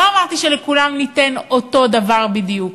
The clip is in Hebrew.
לא אמרתי שלכולם ניתן אותו דבר בדיוק,